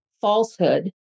falsehood